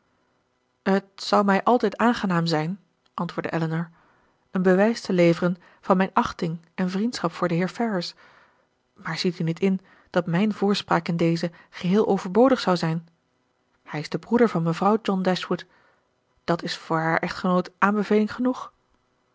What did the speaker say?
het zou mij altijd aangenaam zijn antwoordde elinor een bewijs te leveren van mijn achting en vriendschap voor den heer ferrars maar ziet u niet in dat mijn voorspraak in dezen geheel overbodig zou zijn hij is de broeder van mevrouw john dashwood dat is voor haar echtgenoot aanbeveling genoeg